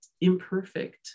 imperfect